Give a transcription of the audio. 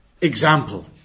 example